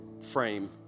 frame